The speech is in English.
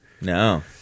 No